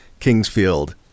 Kingsfield